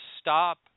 stop